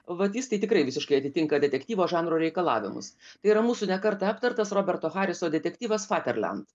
vat jis tai tikrai visiškai atitinka detektyvo žanro reikalavimus tai yra mūsų ne kartą aptartas roberto hariso detektyvas faterland